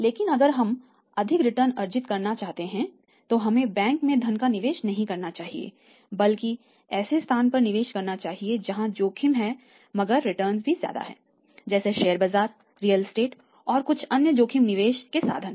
लेकिन अगर हम अधिक रिटर्न अर्जित करना चाहते हैं तो हमें बैंक में धन का निवेश नहीं करना चाहिए बल्कि ऐसे स्थानों पर निवेश करना चाहिए जहां जोखिम है मगर रिटर्न भी ज्यादा है जैसे शेयर बाजार रियल एस्टेट और कुछ अन्य जोखिम निवेश के साधन